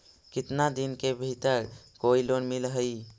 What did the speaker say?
केतना दिन के भीतर कोइ लोन मिल हइ?